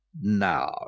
Now